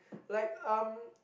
like um